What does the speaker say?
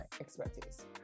expertise